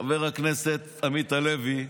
חבר הכנסת עמית הלוי,